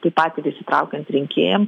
taip pat ir įsitraukiant rinkėjam